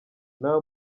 nta